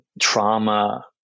Trauma